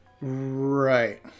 Right